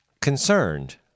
concerned